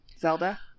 Zelda